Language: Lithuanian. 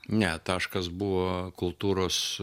ne taškas buvo kultūros